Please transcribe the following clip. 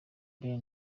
bent